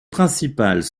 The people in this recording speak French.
principales